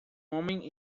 homem